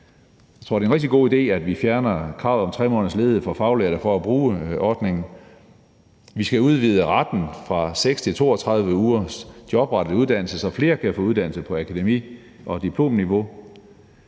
Jeg tror, det er en rigtig god idé, at vi fjerner kravet om 3 måneders ledighed for faglærte for at bruge ordningen. Vi skal udvide retten fra 6 til 32 ugers jobrettet uddannelse, så flere kan få en uddannelse på akademi- og diplomniveau.